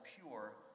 pure